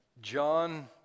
John